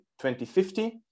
2050